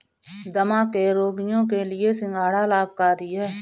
दमा के रोगियों के लिए सिंघाड़ा लाभकारी है